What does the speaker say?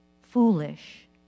foolish